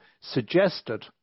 suggested